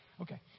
Okay